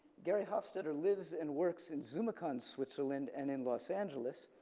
gerry hofstetter lives and works in zumikon, switzerland and in los angeles,